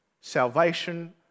salvation